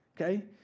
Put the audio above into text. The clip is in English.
okay